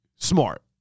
smart